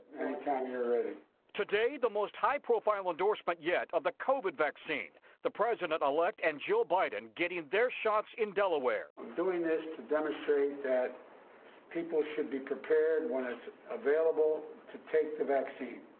any time you're ready. reporter today the most high profile endorsement yet of the covid vaccine. the president-elect and jill biden getting their shots in delaware i'm doing this to demonstrate that people should be prepared when it's available to take the vaccine.